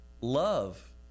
love